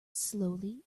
slowly